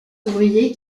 ouvriers